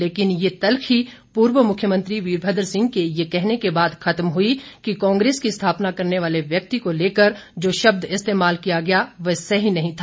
लेकिन यह तल्खी पूर्व मुख्यमंत्री वीरभद्र सिंह के यह कहने के बाद खत्म हुई कि कांग्रेस की स्थापना करने वाले व्यक्ति को लेकर जो शब्द इस्तेमाल किया गया वह सही नहीं था